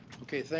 ok,